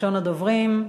ראשון הדוברים,